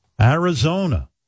Arizona